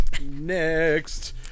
next